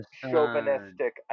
chauvinistic